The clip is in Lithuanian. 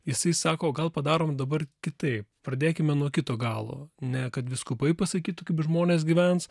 jisai sako gal padarom dabar kitaip pradėkime nuo kito galo ne kad vyskupai pasakytų kaip žmonės gyvens